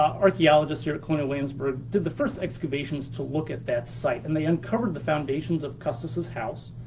archeologists here at colonial williamsburg did the first excavations to look at that site, and they uncovered the foundations of custis' house.